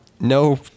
No